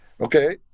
okay